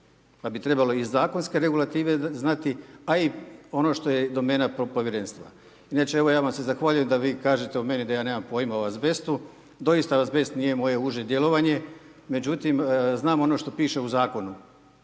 pa bi trebalo i zakonske regulative znati, a i ono što je domena Povjerenstva. Inače, evo ja vam se zahvaljujem da vi kažete o meni da ja nemam pojma o azbestu, doista azbest nije moje uže djelovanje, međutim, znam ono što pište u Zakonu,